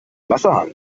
wasserhahn